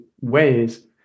ways